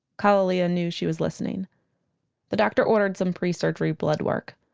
kalalea knew she was listening the doctor ordered some pre-surgery blood work.